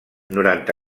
noranta